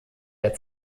der